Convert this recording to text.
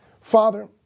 Father